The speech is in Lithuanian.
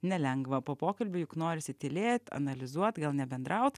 nelengva po pokalbių juk norisi tylėt analizuot gal nebendraut